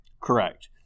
Correct